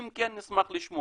אם כן, נשמח לשמוע.